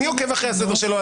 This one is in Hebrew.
אני עוקב אחרי הסדר שלו,